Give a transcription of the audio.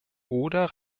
oder